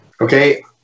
Okay